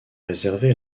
réservé